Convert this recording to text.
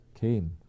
came